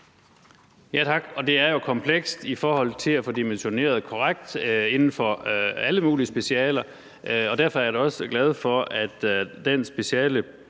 Tak. Det er jo komplekst i forhold til at få dimensioneret korrekt inden for alle mulige specialer, og derfor er jeg da også glad for, at den